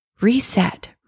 reset